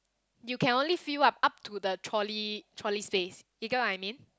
you can only fill up up to the trolley trolley space you get what I mean